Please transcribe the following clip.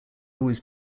always